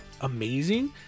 amazing